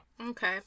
Okay